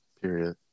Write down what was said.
Period